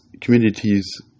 communities